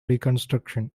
reconstruction